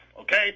okay